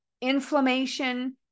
inflammation